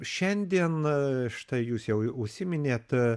šiandien štai jūs jau užsiminėt